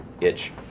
itch